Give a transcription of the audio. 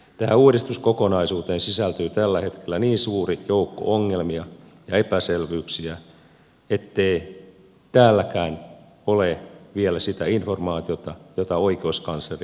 tähän uudistuskokonaisuuteen sisältyy tällä hetkellä niin suuri joukko ongelmia ja epäselvyyksiä ettei täälläkään ole vielä sitä informaatiota jota oikeuskansleri ratkaisussaan edellytti